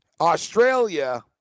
Australia